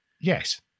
Yes